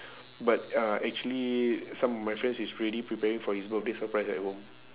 but uh actually some of my friends is already preparing for his birthday surprise at home